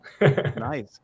Nice